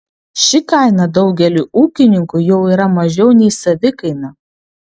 ši kaina daugeliui ūkininkų jau yra mažiau nei savikaina